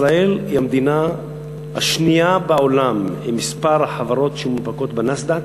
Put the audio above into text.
ישראל היא המדינה השנייה בעולם עם מספר החברות שמונפקות בנאסד"ק,